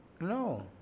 No